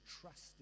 trust